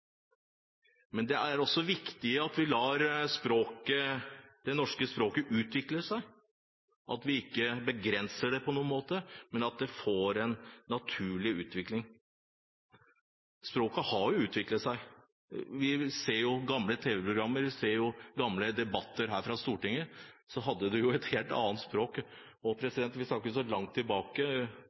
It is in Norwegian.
Men det er også viktig at vi lar det norske språket utvikle seg – at vi ikke begrenser det på noen måte, men at det får en naturlig utvikling. Språket har utviklet seg. Vi ser tv-programmer, og vi ser gamle debatter her fra Stortinget – da hadde de et helt annet språk. Vi skal ikke så langt tilbake